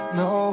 no